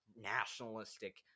nationalistic